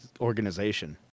organization